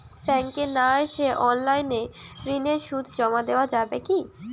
ব্যাংকে না এসে অনলাইনে ঋণের সুদ জমা দেওয়া যাবে কি?